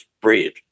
bread